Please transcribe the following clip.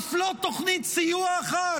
אף לא תוכנית סיוע אחת,